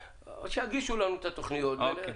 שיגישו לנו את התוכניות ונראה.